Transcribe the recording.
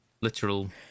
literal